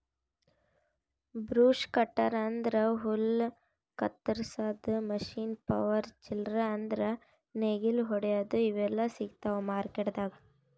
brush cutter ಅಂದ್ರ ಹುಲ್ಲ್ ಕತ್ತರಸಾದ್ ಮಷೀನ್ ಪವರ್ ಟಿಲ್ಲರ್ ಅಂದ್ರ್ ನೇಗಿಲ್ ಹೊಡ್ಯಾದು ಇವೆಲ್ಲಾ ಸಿಗ್ತಾವ್ ಮಾರ್ಕೆಟ್ದಾಗ್